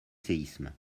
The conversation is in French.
séismes